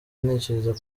ntekereza